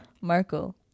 Markle